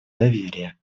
доверия